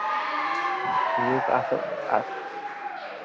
ٹھیٖک اَصٕل اَ